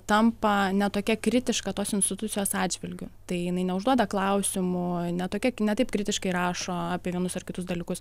tampa ne tokia kritiška tos institucijos atžvilgiu tai jinai neužduoda klausimų ne tokia ki ne taip kritiškai rašo apie vienus ar kitus dalykus